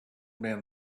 man